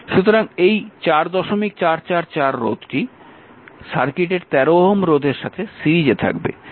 সুতরাং এই 4444 Ω রোধটি সার্কিটের 13 Ω রোধের সাথে সিরিজে থাকবে